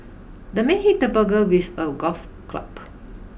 the man hit the burglar with a golf club